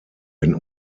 wenn